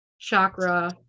chakra